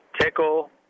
Tickle